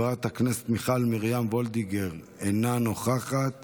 חברת הכנסת מיכל מרים וולדיגר, אינה נוכחת,